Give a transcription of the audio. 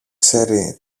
ξέρει